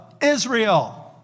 Israel